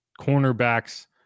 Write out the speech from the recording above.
cornerbacks